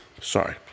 Sorry